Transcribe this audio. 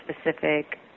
specific